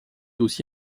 aussi